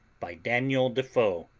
by daniel defoe